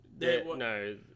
no